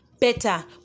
better